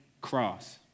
cross